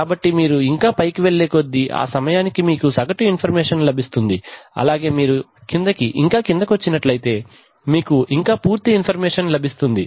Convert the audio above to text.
కాబట్టి మీరు ఇంకా పైకి వెళ్ళే కొద్దీ ఆ సమయానికి మీకు సగటు ఇన్ఫర్మేషన్ లభిస్తుంది అలాగే మీరు కిందకి ఇంకా కిందికి వచ్చినట్లయితే మీకు ఇంకా పూర్తి ఇన్ఫర్మేషన్ లభిస్తుంది